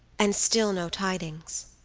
and still no tidings.